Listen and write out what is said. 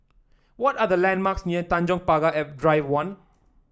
what are the landmarks near Tanjong Pagar Drive One